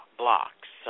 blocks